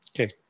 Okay